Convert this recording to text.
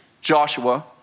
Joshua